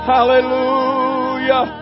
Hallelujah